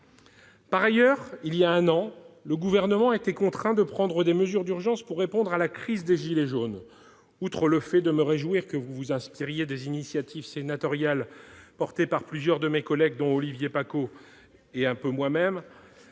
Par ailleurs, voilà un an, le Gouvernement était contraint de prendre des mesures d'urgence pour répondre à la crise des « gilets jaunes ». Certes, je me réjouis que vous vous soyez inspirée des initiatives sénatoriales portées par plusieurs de mes collègues, dont Olivier Paccaud, et un peu moi-même,